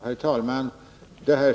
Herr talman!